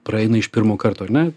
praeina iš pirmo karto ar ne